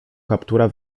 kaptura